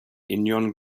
union